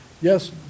Yes